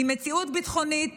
עם מציאות ביטחונית